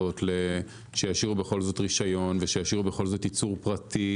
שישאירו בכל זאת רישיון וייצור פרטי,